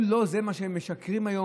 הוא לא מה שמשכר היום,